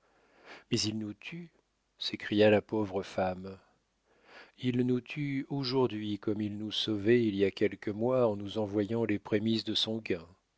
mais il nous tue s'écria la pauvre femme il nous tue aujourd'hui comme il nous sauvait il y a quelques mois en nous envoyant les prémices de son gain